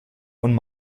und